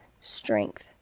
strength